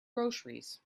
groceries